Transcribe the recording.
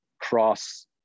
cross